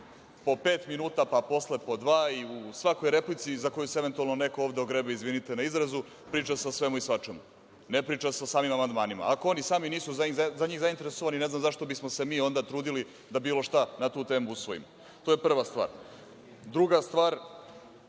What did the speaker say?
Po pet minuta, pa posle po dva i u svakoj replici za koju se eventualno neko ovde ogrebe, izvinite na izrazu, priča se o svemu i svačemu. Ne priča se o samim amandmanima. Ako oni sami nisu za njih zainteresovani, ne zašto bismo se mi onda trudili da bilo šta na tu temu usvojimo. To je prva stvar. Druga stvar,